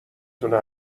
تونه